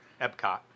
Epcot